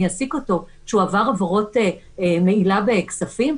אעסיק אותו כשהוא עבר עבירות של מעילה בכספים?